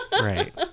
right